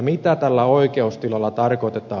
mitä tällä oikeustilalla tarkoitetaan